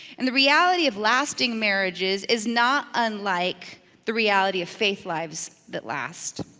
and the reality of lasting marriages is not unlike the reality of faith lives that last.